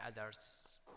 others